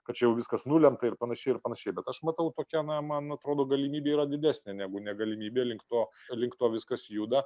kad čia jau viskas nulemta ir panašiai ir panašiai bet aš matau tokia na man atrodo galimybė yra didesnė negu negalimybė link to link to viskas juda